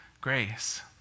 grace